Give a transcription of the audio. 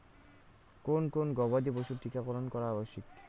কোন কোন গবাদি পশুর টীকা করন করা আবশ্যক?